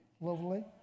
Lovely